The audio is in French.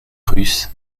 russes